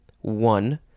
one